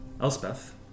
Elspeth